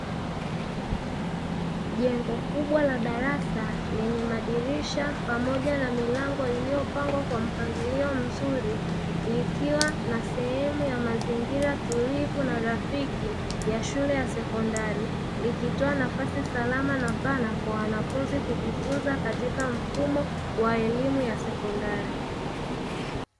Jengo kubwa la darasa lenye madirisha pamoja na milango iliyopangwa kwa mpangilio mzuri likiwa na sehemu ya mazingira tulivu na rafiki ya shule ya sekondari, likitoa nafasi salama na pana kwa wanafunzi kujifunza katika mfumo wa elimu ya sekondari.